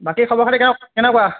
বাকী খবৰ খাতি কেনেকুৱা